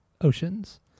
Oceans